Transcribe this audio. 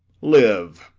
live.